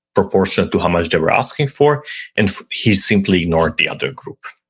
proportionate to how much they were asking for and he simply ignored the other group.